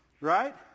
right